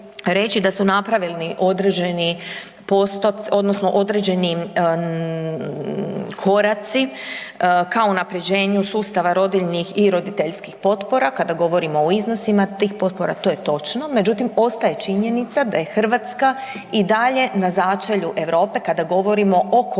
odnosno određeni koraci ka unapređenju sustava rodiljnih i roditeljskih potpora kada govorimo o iznosima tih potpora, to je točno međutim ostaje činjenica da je Hrvatska i dalje na začelju Europe kada govorimo o korištenju